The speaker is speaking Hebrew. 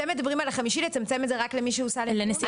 אתם מדברים על החמישי לצמצם את זה רק למי שהוסע למיון?